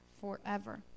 forever